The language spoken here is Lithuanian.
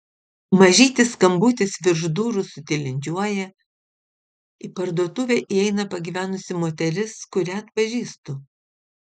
mažytis skambutis virš durų sutilindžiuoja į parduotuvę įeina pagyvenusi moteris kurią atpažįstu